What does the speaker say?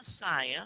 Messiah